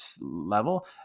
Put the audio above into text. level